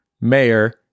mayor